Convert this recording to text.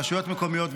רשויות מקומיות,